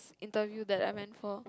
interview that I went for